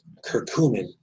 Curcumin